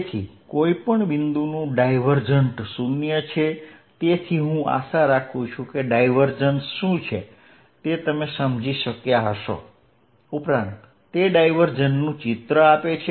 તેથી કોઈપણ બિંદુનું ડાયવર્જન્ટ 0 છે તેથી હું આશા રાખું છું કે ડાયવર્જન્સ શું છે તે તમે સમજી શક્યા હશો ઉપરાંત તે ડાઇવર્ઝનનું ચિત્ર આપે છે